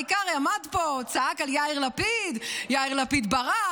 העיקר שהוא עמד פה וצעק על יאיר לפיד: יאיר לפיד ברח,